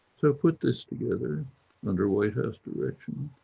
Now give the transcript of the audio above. so put this together under white house direction.